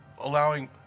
allowing